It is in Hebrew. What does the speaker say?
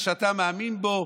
האני-מאמין, מה שאתה מאמין בו,